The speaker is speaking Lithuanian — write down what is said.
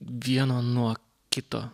vieno nuo kito